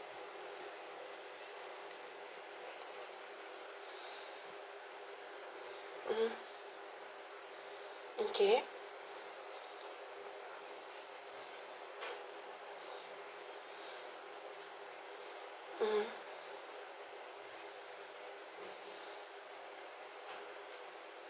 mmhmm okay mmhmm